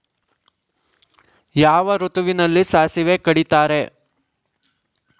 ಯಾವ ಋತುವಿನಲ್ಲಿ ಸಾಸಿವೆ ಕಡಿತಾರೆ?